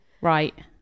right